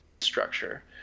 structure